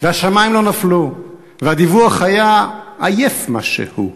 והשמים לא נפלו, והדיווח היה עייף משהו.